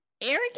Eric